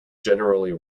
generally